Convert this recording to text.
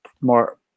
more